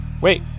wait